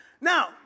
Now